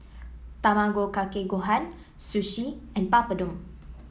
Tamago Kake Gohan Sushi and Papadum